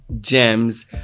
gems